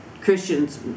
Christians